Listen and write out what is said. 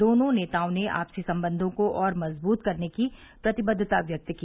दोनों नेताओं ने आपसी संबंधों को और मजबूत करने की प्रतिबद्वता व्यक्त की